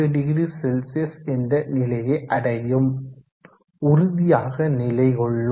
60C என்ற நிலையை அடையும் உறுதியாக நிலைகொள்ளும்